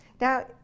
Now